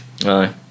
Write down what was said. Aye